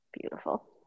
Beautiful